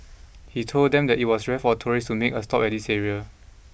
he told them that it was rare for tourists to make a stop at this area